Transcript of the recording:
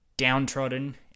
Downtrodden